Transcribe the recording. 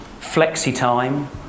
flexi-time